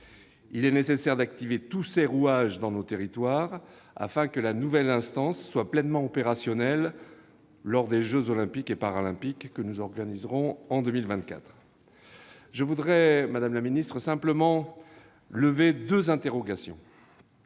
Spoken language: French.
Il est nécessaire d'activer tous ses rouages dans nos territoires, afin que la nouvelle instance soit pleinement opérationnelle lors des jeux Olympiques et Paralympiques que nous organiserons en 2024. Madame la ministre, je souhaite lever deux interrogations